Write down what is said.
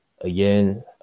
again –